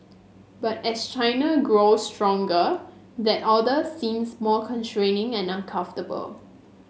but as China grows stronger that order seems more constraining and uncomfortable